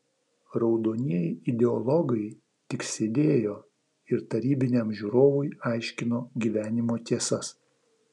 raudonieji ideologai tik sėdėjo ir tarybiniam žiūrovui aiškino gyvenimo tiesas